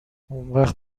اونوقت